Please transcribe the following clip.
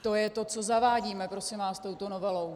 To je to, co zavádíme, prosím vás, touto novelou.